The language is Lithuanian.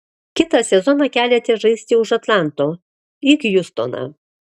kitą sezoną keliatės žaisti už atlanto į hjustoną